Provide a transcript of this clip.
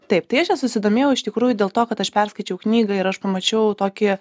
taip tai aš ja susidomėjau iš tikrųjų dėl to kad aš perskaičiau knygą ir aš pamačiau tokį